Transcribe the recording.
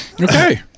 Okay